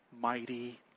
Mighty